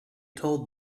told